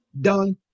done